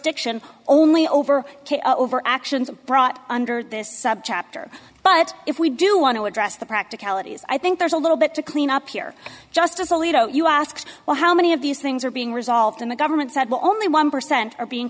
jurisdiction only over over actions brought under this subchapter but if we do want to address the practicalities i think there's a little bit to clean up here justice alito you ask well how many of these things are being resolved and the government said well only one percent are being